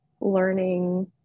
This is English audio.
learning